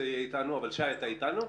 לשי באב"ד.